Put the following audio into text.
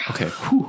Okay